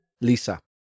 Lisa